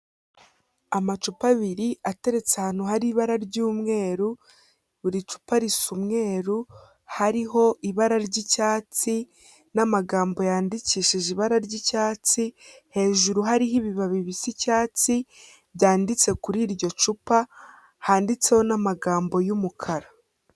Amacupa abiri ateretse ahantu hari ibara ry'umweru buri cupa risa umweru hariho ibara ry'icyatsi n'amagambo yandikishije ibara ry'icyatsi hejuru hariho ibibabi bisa icyatsi byanditse kuri iryo cupa handitseho n'amagambo y'umukara.